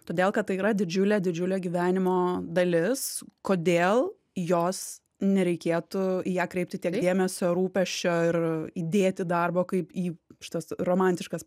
todėl kad tai yra didžiulė didžiulė gyvenimo dalis kodėl jos nereikėtų į ją kreipti tiek dėmesio rūpesčio ir įdėti darbo kaip į šitas romantiškas